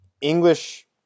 English